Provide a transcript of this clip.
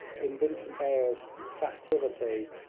in vincent eyre's captivity,